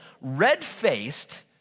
red-faced